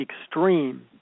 extreme